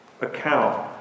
account